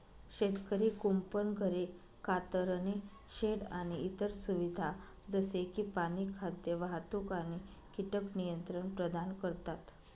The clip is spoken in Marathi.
शेतकरी कुंपण, घरे, कातरणे शेड आणि इतर सुविधा जसे की पाणी, खाद्य, वाहतूक आणि कीटक नियंत्रण प्रदान करतात